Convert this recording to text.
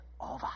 over